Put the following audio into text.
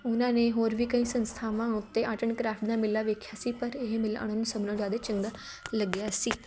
ਉਹਨਾਂ ਨੇ ਹੋਰ ਵੀ ਕਈ ਸੰਸਥਾਵਾਂ ਉੱਤੇ ਆਰਟ ਐਂਡ ਕ੍ਰਾਫਟ ਦਾ ਮੇਲਾ ਵੇਖਿਆ ਸੀ ਪਰ ਇਹ ਮੇਲਾ ਉਹਨਾਂ ਨੂੰ ਸਭ ਨਾਲੋਂ ਜ਼ਿਆਦਾ ਚੰਗਾ ਲੱਗਿਆ ਸੀ